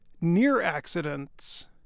near-accidents